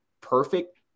perfect